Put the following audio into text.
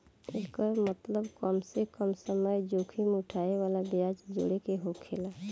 एकर मतबल कम से कम समय जोखिम उठाए वाला ब्याज जोड़े के होकेला